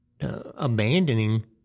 abandoning